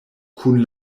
kun